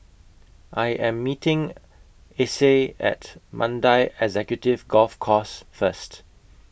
I Am meeting Acey At Mandai Executive Golf Course First